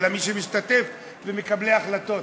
אלא מי שמשתתף ומקבלי ההחלטות.